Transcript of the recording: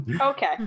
Okay